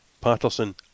Patterson